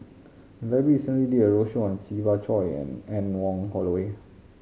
library recently did a roadshow on Siva Choy and Anne Wong Holloway